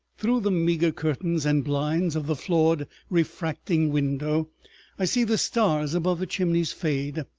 through the meagre curtains and blinds of the flawed refracting window i see the stars above the chimneys fade,